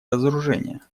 разоружения